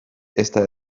ezta